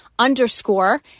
underscore